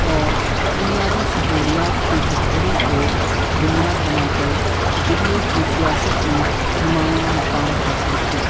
اور بنیادی سہولیات کی بہتری کو بنیاد بنا کر دلی کی سیاست میں نمایاں مقام حاصل کیا